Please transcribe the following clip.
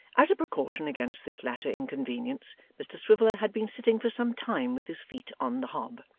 as a precaution against this latter inconvenience, mr swiveller had been sitting for some time with his feet on the hob,